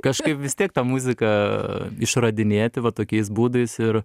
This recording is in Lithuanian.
kažkaip vis tiek tą muziką išradinėti va tokiais būdais ir